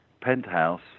penthouse